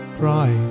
cry